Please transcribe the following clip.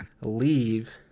leave